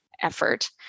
effort